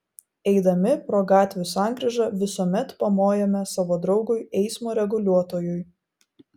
eidami pro gatvių sankryžą visuomet pamojame savo draugui eismo reguliuotojui